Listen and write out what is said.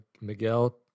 Miguel